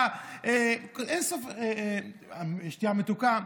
על שתייה מתוקה,